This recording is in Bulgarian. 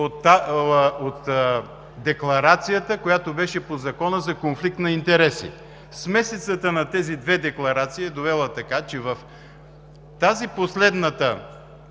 и декларацията, която беше по Закона за конфликт на интереси. Смесицата на тези две декларации е довела до това, че в последната